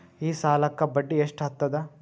ಈ ಸಾಲಕ್ಕ ಬಡ್ಡಿ ಎಷ್ಟ ಹತ್ತದ?